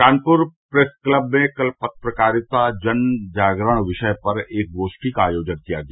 Kanpur press club में कल पत्रकारिता जन जागरण विषय पर एक गोष्ठी का आयोजन किया गया